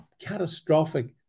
catastrophic